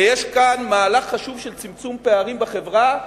ויש כאן מהלך חשוב של צמצום פערים בחברה,